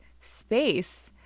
space